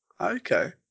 Okay